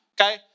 okay